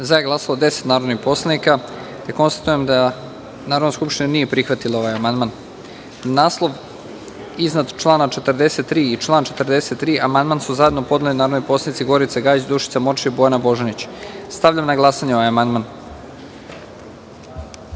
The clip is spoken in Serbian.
prisutnih 180 narodnih poslanika. Konstatujem da Narodna skupština nije prihvatila ovaj amandman. Na naslov iznad člana 43. i član 43. amandman su zajedno podnele narodni poslanici Gorica Gajić, Dušica Morčev i Bojana Božanić. Stavljam na glasanje ovaj amandman. Molim